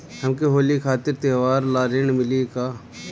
हमके होली खातिर त्योहार ला ऋण मिली का?